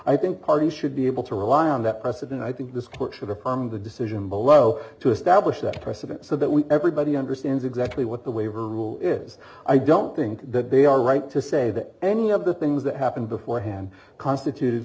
i think party should be able to rely on that precedent i think this court should affirm the decision below to establish that precedent so that we everybody understands exactly what the waiver rule is i don't think that they are right to say that any of the things that happened beforehand constituted